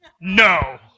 no